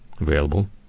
available